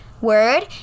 word